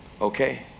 okay